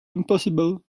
impossible